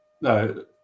no